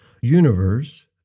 Universe